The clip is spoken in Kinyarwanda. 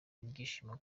ibyishimo